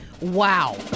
wow